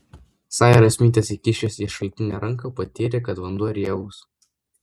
sairas smitas įkišęs į šaltinį ranką patyrė kad vanduo riebus